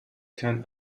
kein